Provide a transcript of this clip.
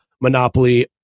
monopoly